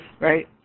right